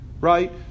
Right